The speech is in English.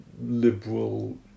liberal